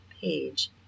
page